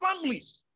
families